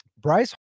Bryce